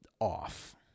off